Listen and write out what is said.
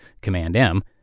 Command-M